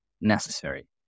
necessary